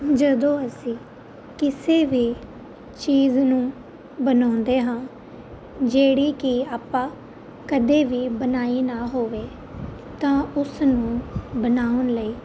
ਜਦੋਂ ਅਸੀਂ ਕਿਸੇ ਵੀ ਚੀਜ਼ ਨੂੰ ਬਣਾਉਂਦੇ ਹਾਂ ਜਿਹੜੀ ਕਿ ਆਪਾਂ ਕਦੇ ਵੀ ਬਣਾਈ ਨਾ ਹੋਵੇ ਤਾਂ ਉਸਨੂੰ ਬਣਾਉਣ ਲਈ